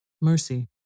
Mercy